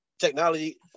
technology